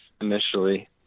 initially